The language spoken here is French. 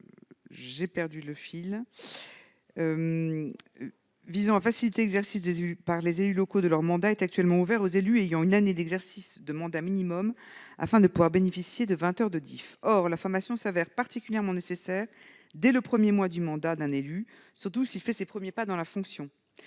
des élus locaux visant à faciliter l'exercice par les élus locaux de leur mandat est actuellement ouvert aux élus ayant une année d'exercice de mandat au minimum afin de pouvoir bénéficier de vingt heures de DIF. Or la formation s'avère particulièrement nécessaire dès les premiers mois du mandat d'un élu, surtout s'il débute dans la fonction.